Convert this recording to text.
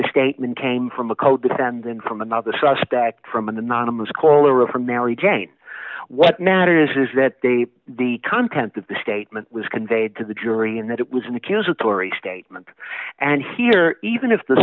the statement came from a codefendant from another suspect from an anonymous caller or mary jane what matters is that they the content of the statement was conveyed to the jury and that it was an accusatory statement and here even if the